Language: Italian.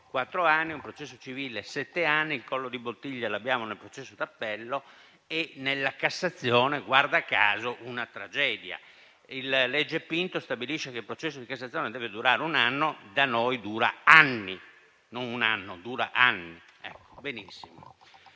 quattro anni, un processo civile sette anni, il collo di bottiglia lo abbiamo nel processo d'appello e nella Cassazione, guarda caso, è una tragedia. La legge Pinto stabilisce che il processo di Cassazione deve durare un anno, da noi dura anni. Venendo agli aspetti